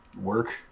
work